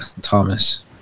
Thomas